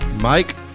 Mike